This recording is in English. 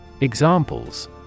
Examples